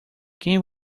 quem